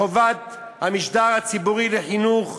הוועדה התעלמה מחובת המשדר הציבורי לחינוך,